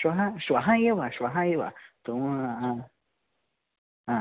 श्वः श्वः एव श्वः एव तुम् हा